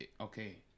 Okay